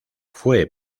fue